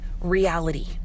reality